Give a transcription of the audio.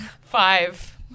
Five